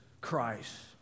Christ